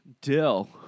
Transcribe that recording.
Dill